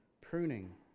pruning